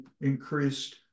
increased